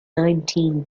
nineteen